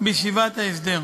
בישיבת ההסדר.